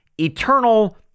eternal